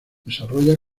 desarrolla